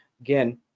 again